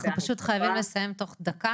אנחנו פשוט חייבים לסיים תוך דקה.